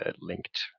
linked